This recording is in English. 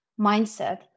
mindset